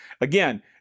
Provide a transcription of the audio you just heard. Again